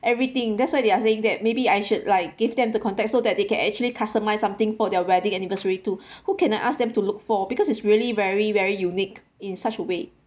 everything that's why they are saying that maybe I should like give them the contact so that they can actually customize something for their wedding anniversary too who can I ask them to look for because it's really very very unique in such a way